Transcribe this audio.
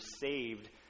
saved